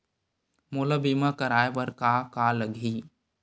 मोला बीमा कराये बर का का लगही?